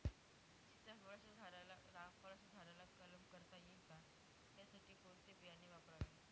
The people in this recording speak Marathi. सीताफळाच्या झाडाला रामफळाच्या झाडाचा कलम करता येईल का, त्यासाठी कोणते बियाणे वापरावे?